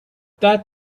that